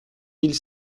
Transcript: mille